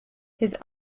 his